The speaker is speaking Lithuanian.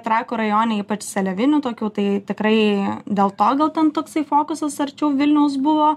trakų rajone ypač seliavinių tokių tai tikrai dėl to gal ten toksai fokusas arčiau vilniaus buvo